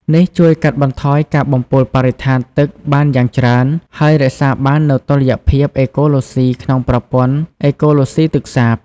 នេះជួយកាត់បន្ថយការបំពុលបរិស្ថានទឹកបានយ៉ាងច្រើន ហើយរក្សាបាននូវតុល្យភាពអេកូឡូស៊ីក្នុងប្រព័ន្ធអេកូឡូស៊ីទឹកសាប។